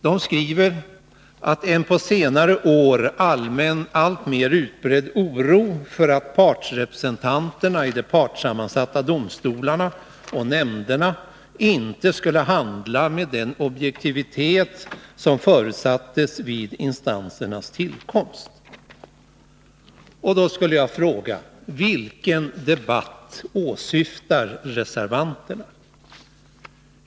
De skriver om ”en på senare år alltmer utbredd oro för att partsrepresentanterna i de partssammansatta domstolarna och nämnderna inte skulle handla med den objektivitet som förutsatts vid instansernas tillkomst”. Då skulle jag vilja fråga: Vilken debatt åsyftar reservanterna?